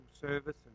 service